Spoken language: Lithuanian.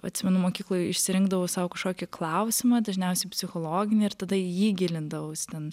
atsimenu mokykloj išsirinkdavau sau kažkokį klausimą dažniausiai psichologinį ir tada į jį gilindavausi ten